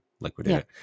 liquidate